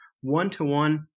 one-to-one